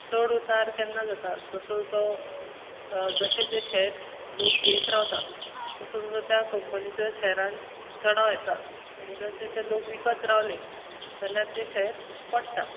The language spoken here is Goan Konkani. चड उतार केन्ना जाता जसो जसो जशें जशें लोक ते शेयर घेयत रावता तसो तसो त्या कंपनिच्या शॅरान चडाव येता आनी जशें जशें लोक विकत रावले तेन्ना ते शॅर पडटात